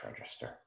register